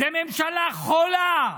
זאת ממשלה חולה.